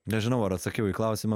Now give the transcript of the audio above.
nežinau ar atsakiau į klausimą